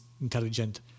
intelligent